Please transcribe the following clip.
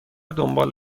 دنبال